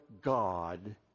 God